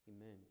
Amen